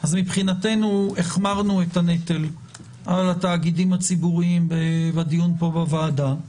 אז מבחינתנו החמרנו את הנטל על התאגידים הציבוריים בדיון פה בוועדה.